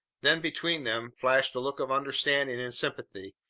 then between them flashed a look of understanding and sympathy,